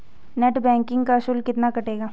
Net banking का शुल्क कितना कटेगा?